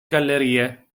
gallerie